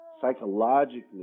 Psychologically